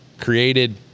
created